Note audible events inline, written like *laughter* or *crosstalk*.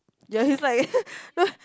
ya he's like *laughs*